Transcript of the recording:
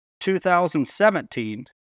2017